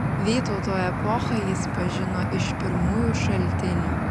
vytauto epochą jis pažino iš pirmųjų šaltinių